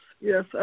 yes